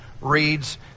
reads